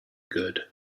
good